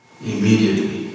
immediately